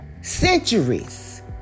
centuries